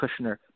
Kushner